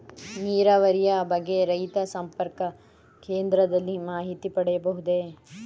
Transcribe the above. ನೀರಾವರಿಯ ಬಗ್ಗೆ ರೈತ ಸಂಪರ್ಕ ಕೇಂದ್ರದಲ್ಲಿ ಮಾಹಿತಿ ಪಡೆಯಬಹುದೇ?